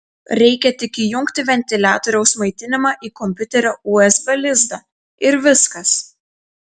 reikia tik įjungti ventiliatoriaus maitinimą į kompiuterio usb lizdą ir viskas